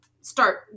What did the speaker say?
start